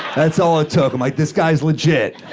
that's all it took. i'm like, this guy's legit.